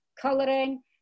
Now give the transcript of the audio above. coloring